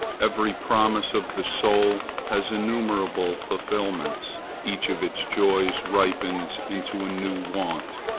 every promise of the soul has innumerable fulfilments each of its joys ripens into a new want.